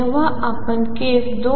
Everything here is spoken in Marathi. जेव्हा आपण केस 2